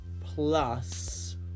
Plus